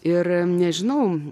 ir nežinau